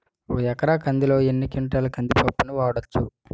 ఒక ఎకర కందిలో ఎన్ని క్వింటాల కంది పప్పును వాడచ్చు?